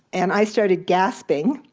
and i started gasping.